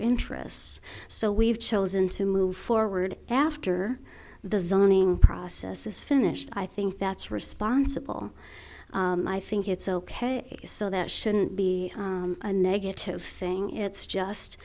interests so we've chosen to move forward after the zoning process is finished i think that's responsible i think it's ok so that shouldn't be a negative thing it's just